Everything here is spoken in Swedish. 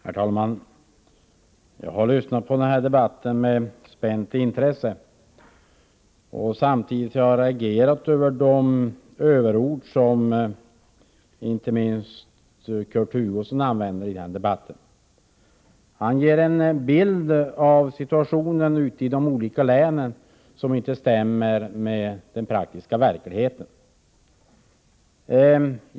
Herr talman! Jag har lyssnat på den här debatten med spänt intresse. Samtidigt har jag reagerat på de överord som inte minst Kurt Hugosson använde. Han ger en bild av situationen ute i de olika länen som inte överensstämmer med den praktiska verkligheten.